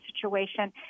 situation